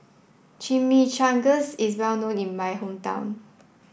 Chimichangas is well known in my hometown